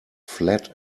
flat